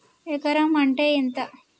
ఎకరం అంటే ఎంత?